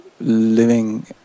living